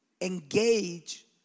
engage